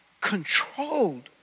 controlled